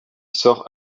sort